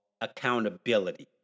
accountability